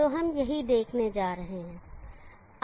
तो हम यही देखने जा रहे हैं